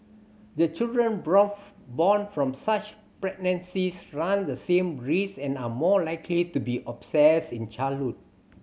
the children born from such pregnancies run the same risk and are more likely to be in childhood